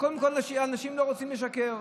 קודם כול, אנשים לא רוצים לשקר.